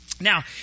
Now